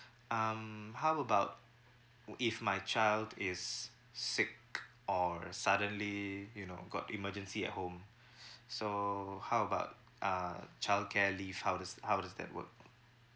um how about if my child is sick or suddenly you know got emergency at home so how about uh childcare leave how does how does that work